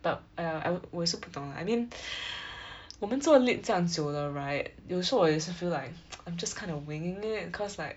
but !aiya! I w~ 我也是不懂啦 I mean 我们做 lit 这样久了 right 有时候我也是 feel like I'm just kind of winging it cause like